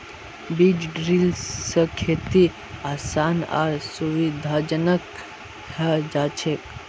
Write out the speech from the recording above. बीज ड्रिल स खेती आसान आर सुविधाजनक हैं जाछेक